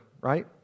Right